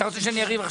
מה מזרח ירושלים?